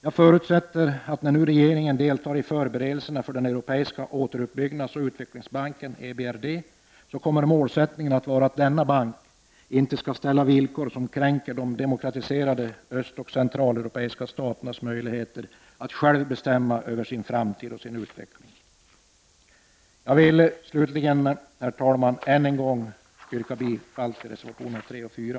Jag förutsätter att när nu regeringen deltar i förberedelserna för den europeiska återuppbyggnadsoch utvecklingsbanken kommer målsättningen att vara att denna bank inte skall ställa villkor som kränker de demokratiserade östoch centraleuropeiska staternas möjligheter att själva bestämma över sin framtid och utveckling. Jag vill slutligen, herr talman, än en gång yrka bifall till reservationerna 3 och 4.